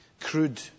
crude